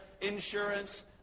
insurance